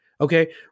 Okay